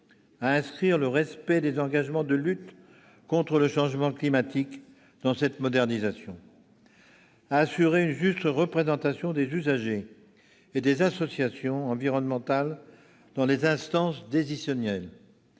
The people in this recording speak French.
à inscrire le respect des engagements de lutte contre le changement climatique dans cette modernisation, à assurer une juste représentation des usagers et des associations environnementales dans les instances décisionnelles,